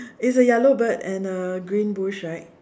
it's a yellow bird and a green bush right